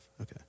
Okay